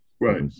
Right